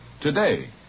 Today